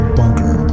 bunker